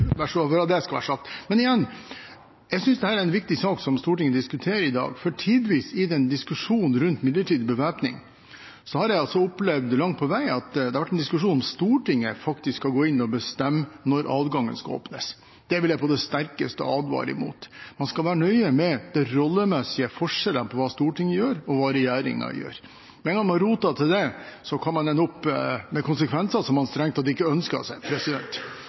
Bare så det er sagt. Jeg synes det er en viktig sak Stortinget diskuterer i dag. Tidvis, i diskusjonen om midlertidig bevæpning, har jeg opplevd at det langt på vei har vært en diskusjon om Stortinget faktisk kan gå inn og bestemme når det skal åpnes adgang. Det vil jeg på det sterkeste advare mot. Man skal være nøye med de rollemessige forskjellene mellom hva Stortinget gjør, og hva regjeringen gjør. Begynner man å rote det til, kan man ende opp med konsekvenser som man strengt tatt ikke ønsker seg.